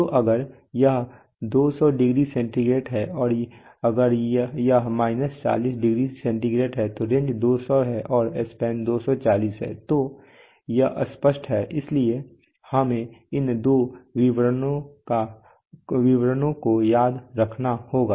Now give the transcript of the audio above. तो अगर यह 200 डिग्री सेंटीग्रेड है और अगर यह 40 डिग्री सेंटीग्रेड है तो रेंज 200 है और स्पैन 240 है तो यह बहुत स्पष्ट है इसलिए हमें इन दो विवरणों को याद रखना होगा